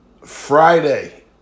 Friday